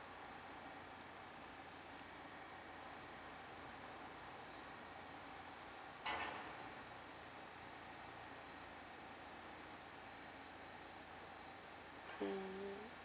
mm